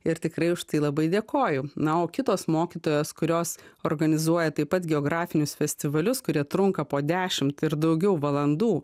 ir tikrai už tai labai dėkoju na o kitos mokytojos kurios organizuoja taip pat geografinius festivalius kurie trunka po dešimt ir daugiau valandų